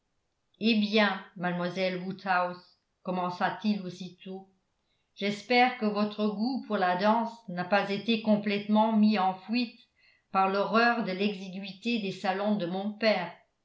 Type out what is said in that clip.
eh bien mademoiselle woodhouse commença-t-il aussitôt j'espère que votre goût pour la danse n'a pas été complètement mis en fuite par l'horreur de l'exiguïté des salons de mon père